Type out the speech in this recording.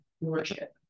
worship